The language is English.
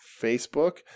Facebook